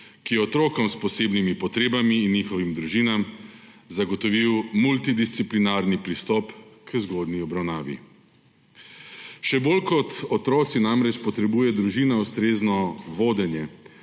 ki je otrokom s posebnimi potrebami in njihovim družinam zagotovil multidisciplinarni pristop k zgodnji obravnavi. Še bolj kot otroci namreč potrebuje družina ustrezno vodenje,